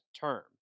term